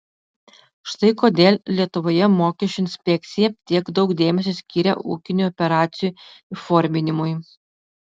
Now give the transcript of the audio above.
štai kodėl lietuvoje mokesčių inspekcija tiek daug dėmesio skiria ūkinių operacijų įforminimui